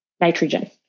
nitrogen